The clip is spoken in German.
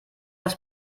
das